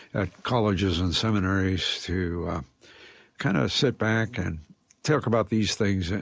at colleges and seminaries to kind of sit back and talk about these things. and